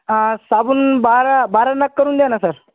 साबण बारा बारा नग करून द्या ना सर